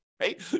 Right